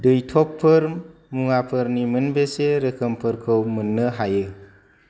दैटबफोर मुवाफोरनि मोनबेसे रोखोमफोरखौ मोन्नो हायो